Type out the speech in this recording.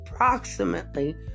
Approximately